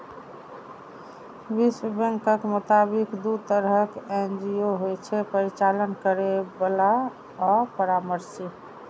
विश्व बैंकक मोताबिक, दू तरहक एन.जी.ओ होइ छै, परिचालन करैबला आ परामर्शी